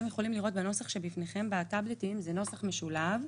הנוסח שבפניכם הוא נוסח משולב,